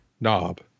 Knob